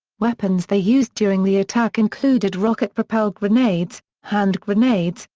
weapons they used during the attack included rocket-propelled grenades, hand grenades,